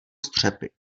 střepy